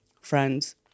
friends